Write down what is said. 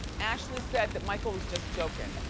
ashley said that michael was just joking.